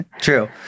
True